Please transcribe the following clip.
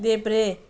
देब्रे